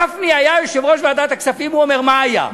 גפני היה יושב-ראש ועדת הכספים, הוא אומר, מה היה?